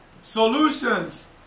Solutions